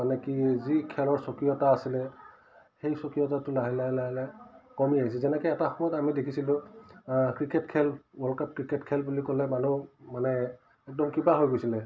মানে কি যি খেলৰ স্বকীয়তা আছিলে সেই স্বকীয়তাটো লাহে লাহে লাহে লাহে কমি আহিছে যেনেকৈ এটা সময়ত আমি দেখিছিলোঁ ক্ৰিকেট খেল ৱৰ্ল্ড কাপ ক্ৰিকেট খেল বুলি ক'লে মানুহ মানে একদম কিবা হৈ গৈছিলে